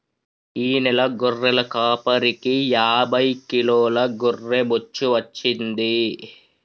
ఈ నెల గొర్రెల కాపరికి యాభై కిలోల గొర్రె బొచ్చు వచ్చింది